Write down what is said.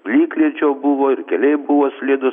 plikledžio buvo ir keliai buvo slidūs